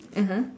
(uh huh)